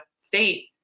state